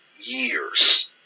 years